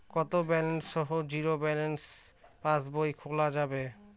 কত ব্যালেন্স সহ zero balance পাসবই খোলা যাবে?